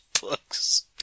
books